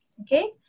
okay